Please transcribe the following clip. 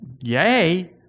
yay